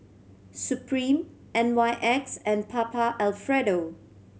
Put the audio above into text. Supreme N Y X and Papa Alfredo